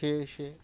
ছ সেছে